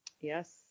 Yes